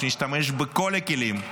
אנחנו נשתמש בכל הכלים,